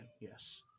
Yes